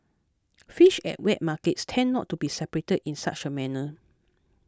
fish at wet markets tend not to be separated in such a manner